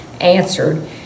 answered